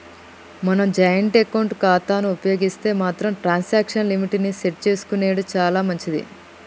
మనం జాయింట్ ఖాతాను ఉపయోగిస్తే మాత్రం ట్రాన్సాక్షన్ లిమిట్ ని సెట్ చేసుకునెడు చాలా మంచిది